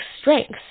strengths